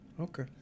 Okay